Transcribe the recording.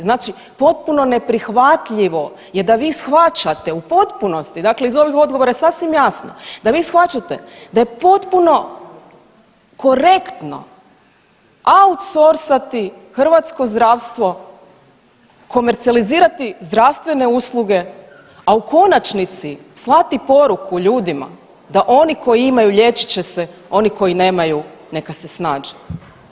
Znači potpuno neprihvatljivo je da vi shvaćate u potpunosti, dakle iz ovih odgovora je sasvim jasno da vi shvaćate da je potpuno korektno outsorsati hrvatsko zdravstvo, komercijalizirati zdravstvene usluge, a u konačnici slati poruku ljudima da oni koji imaju liječit će se, oni koji nemaju neka se snađu.